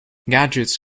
gadgets